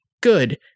Good